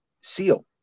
seal